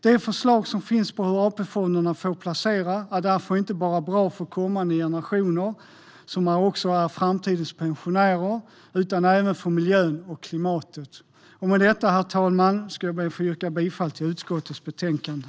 Det förslag som finns om hur AP-fonderna får placera är därför inte bra bara för kommande generationer, som också är framtidens pensionärer, utan även för miljön och klimatet. Herr talman! Jag yrkar bifall till förslaget i utskottets betänkande.